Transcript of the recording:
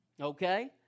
Okay